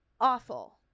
Awful